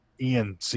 Ian